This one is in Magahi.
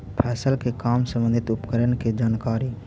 फसल के काम संबंधित उपकरण के जानकारी?